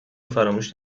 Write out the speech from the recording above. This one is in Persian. فراموش